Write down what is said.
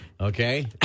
Okay